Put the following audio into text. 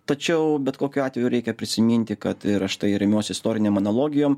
tačiau bet kokiu atveju reikia prisiminti kad ir aš tai remiuosi istorinėm monologijom